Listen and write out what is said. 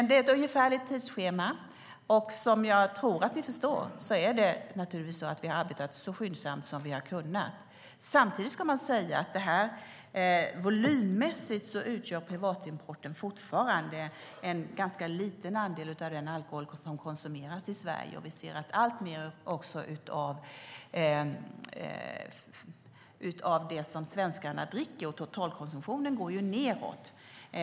Det är ett ungefärligt tidsschema. Som jag tror att ni förstår är det naturligtvis så att vi har arbetat så skyndsamt som vi har kunnat. Samtidigt ska man säga att volymmässigt utgör privatimporten fortfarande en ganska liten andel av den alkohol som konsumeras i Sverige. Vi ser att alltmer av det som svenskarna dricker och totalkonsumtionen går nedåt.